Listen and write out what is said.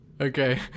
Okay